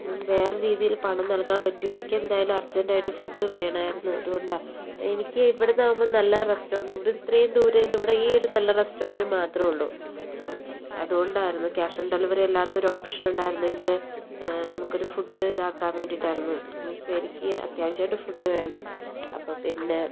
വേറെ രീതിയില് പണം നൽകാൻ പറ്റുമോ എനിക്ക് എന്തായാലും അർജൻറ്റായിട്ട് ഫുഡ് വേണമായിരുന്നു അതുകൊണ്ടാണ് അപ്പം എനിക്ക് ഇവിടുന്നാകുമ്പോൾ നല്ല റെസ്റ്റോറൻറ്റ് ഇവിടെ ഇത്രേം ദൂരേന്ന് ഇവിടെ ഈ ഒരു നല്ല റെസ്റ്റോറൻറ്റ് മാത്രോള്ളു അപ്പം അതുകൊണ്ടായിരുന്നു ക്യാഷ് ഓൺ ഡെലിവറി അല്ലാത്തൊര് ഓപ്ഷൻ ഉണ്ടായിരുന്നെങ്കില് നമുക്കൊരു ഫുഡ് ഇതാക്കാൻ വേണ്ടിയിട്ടായിരുന്നു നിങ്ങൾക്ക് എനിക്ക് അത്യാവശ്യായിട്ട് ഫുഡ് വേണം അപ്പം പിന്നെ